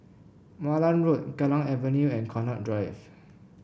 Malan Road Kallang Avenue and Connaught Drive